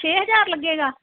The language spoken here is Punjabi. ਛੇ ਹਜ਼ਾਰ ਲੱਗੇਗਾ